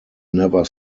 never